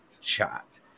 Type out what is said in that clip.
Chat